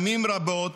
עצמאים רבים